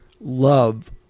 love